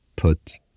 put